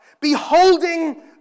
beholding